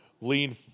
lean